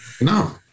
No